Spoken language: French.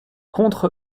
contre